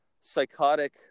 psychotic